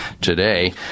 today